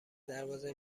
دروازه